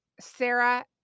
Sarah